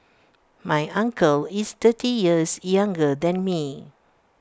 my uncle is thirty years younger than me